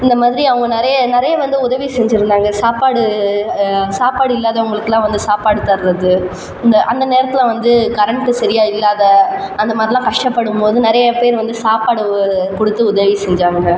இந்தமாதிரி அவங்க நிறையா நிறையா வந்து உதவி செஞ்சுருந்தாங்க சாப்பாடு சாப்பாடு இல்லாதவங்களுக்கல்லா வந்து சாப்பாடு தரது இந்த அந்த நேரத்தில் வந்து கரண்ட் சரியாக இல்லாத அந்தமாதிரில கஷ்ட படும் போது நிறையா பேர் வந்து சாப்பாடு கொடுத்து உதவி செஞ்சாங்க